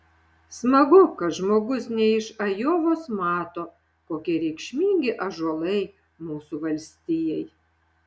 smagu kad žmogus ne iš ajovos mato kokie reikšmingi ąžuolai mūsų valstijai